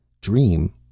Dream